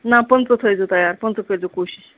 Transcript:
نہ پٕنژٕ تھٲیزو تیار پٕنژٕ کٔرۍزیو کوٗشِش